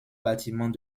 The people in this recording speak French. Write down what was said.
bâtiment